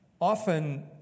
often